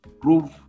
prove